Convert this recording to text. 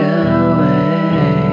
away